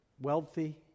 wealthy